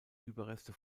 überreste